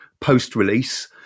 post-release